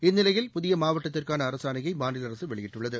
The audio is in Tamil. இந்நிலையில் புதிய மாவட்டத்திற்கான அரசாணையை மாநில அரசு வெளியிட்டுள்ளது